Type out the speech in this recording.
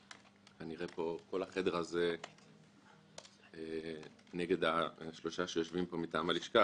וכנראה פה כל החדר הזה נגד השלושה שיושבים פה מטעם הלשכה,